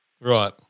Right